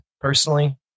personally